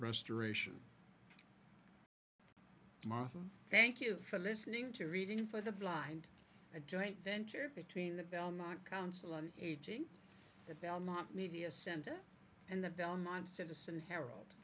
restoration martha thank you for listening to reading for the blind a joint venture between the belmont council and eating at belmont media center and the belmont citizen harold